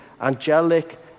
angelic